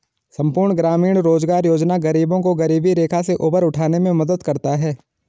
संपूर्ण ग्रामीण रोजगार योजना गरीबों को गरीबी रेखा से ऊपर उठाने में मदद करता है